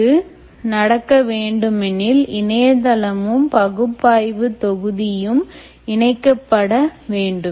இது நடக்க வேண்டுமெனில் இணையதளமும் பகுப்பாய்வு தொகுதியும் இணைக்கப்பட வேண்டும்